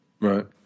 Right